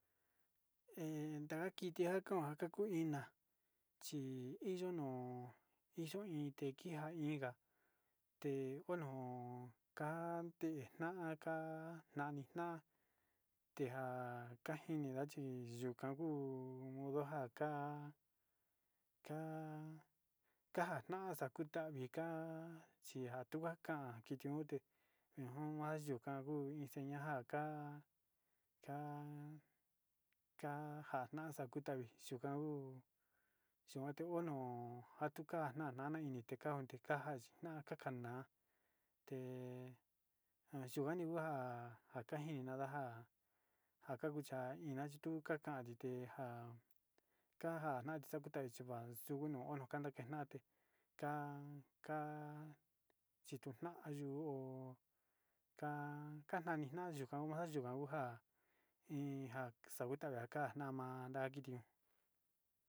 He'e ndakiti njan kon njakuina chiiyo no'o iyo iin tekiá ha inga te kuno kante'e naka'a naniá tenja kanjinda chiyukau modonja ka'a ka'a kanja no'o xakuta viká chia tunga kan akiti njun ute no'o mayu kau uté enñanja ka'a ka'a njana'a xakuavi yukan uu kuate ho no katunjan nana nama inteon tikanja chí takana'a te'e kayukua nuu hua njakain nandaja njaka kucha ina'a chitu takan ité denja kan kutana chiuna ono kanda kena'ate ka'a ka'a chituna'a yu'ó ka kananina yukua o'on nunjan yikuan ohá inja xakuita njaka na'ama ndakiti.